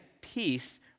peace